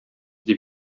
дип